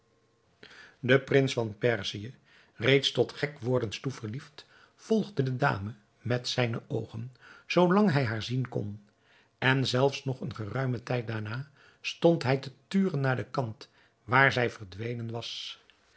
de prins van perzië reeds tot gek wordens toe verliefd volgde de dame met zijne oogen zoo lang hij haar zien kon en zelfs nog eenen geruimen tijd daarna stond hij te turen naar den kant waar zij verdwenen was